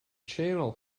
channel